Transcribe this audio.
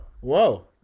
whoa